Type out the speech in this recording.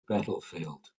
battlefield